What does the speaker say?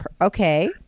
Okay